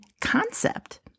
concept